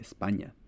España